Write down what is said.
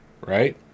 Right